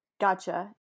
Gotcha